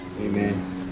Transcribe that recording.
Amen